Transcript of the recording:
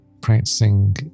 practicing